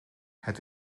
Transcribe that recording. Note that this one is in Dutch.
het